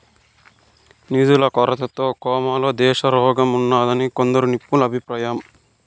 నిధుల కొరతతో కోమాలో దేశారోగ్యంఉన్నాదని కొందరు నిపుణుల అభిప్రాయం